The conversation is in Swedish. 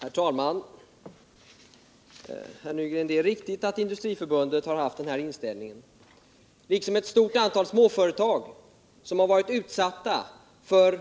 Herr talman! Det är riktigt, Arne Nygren, att Industriförbundet har haft denna inställning, liksom ett stort antal småföretag som varit utsatta för